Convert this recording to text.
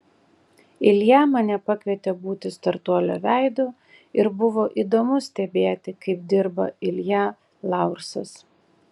ilja mane pakvietė būti startuolio veidu ir buvo įdomu stebėti kaip dirba ilja laursas